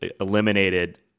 eliminated